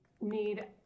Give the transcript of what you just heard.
need